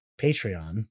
Patreon